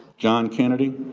john kennedy,